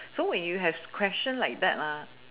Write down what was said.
so when you have question like that lah